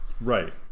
right